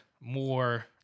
more